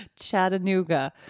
chattanooga